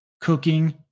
Cooking